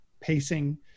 pacing